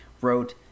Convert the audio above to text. wrote